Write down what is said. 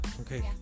Okay